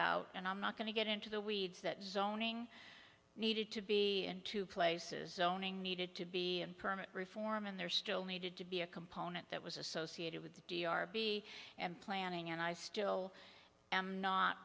out and i'm not going to get into the weeds that zoning needed to be in two places owning needed to be permit reform and there still needed to be a component that was associated with d r b and planning and i still am not